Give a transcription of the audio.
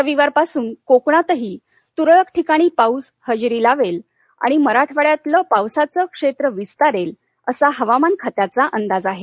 रविवारपासून कोकणातही तुरळक ठिकाणी पाऊस हजेरी लावेल आणि मराठवाड्यातलं पावसाचं क्षेत्र विस्तारेल असा हवामान खात्याचा अंदाज आहे